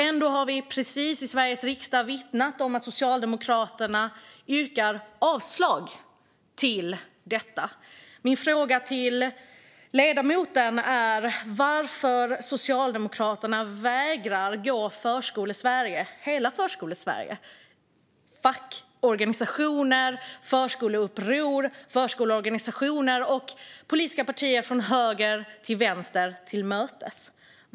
Ändå har vi i Sveriges riksdag precis bevittnat att Socialdemokraterna yrkar avslag på detta. Min fråga till ledamoten är varför Socialdemokraterna vägrar att gå hela Förskolesverige - fackorganisationer, förskoleuppror, förskoleorganisationer och politiska partier från höger till vänster - till mötes.